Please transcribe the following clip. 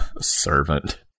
Servant